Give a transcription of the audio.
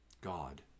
God